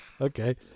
Okay